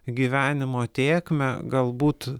gyvenimo tėkmę galbūt